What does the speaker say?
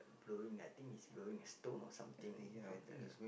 blowing I think is blowing a stone or something from the